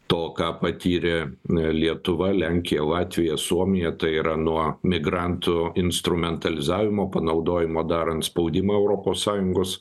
to ką patyrė lietuva lenkija latvija suomija tai yra nuo migrantų instrumentalizavimo panaudojimo darant spaudimą europos sąjungos